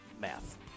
math